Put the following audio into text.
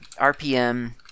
rpm